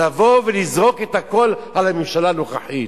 לבוא ולזרוק את הכול על הממשלה הנוכחית.